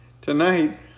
tonight